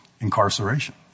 incarceration